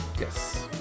yes